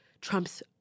Trump's